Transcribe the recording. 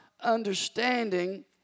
understanding